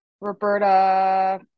Roberta